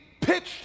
pitched